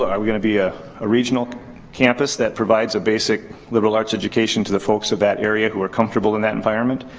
are we gonna be ah a regional campus that provides a basic liberal arts education to the folks of that area who are comfortable in that environment?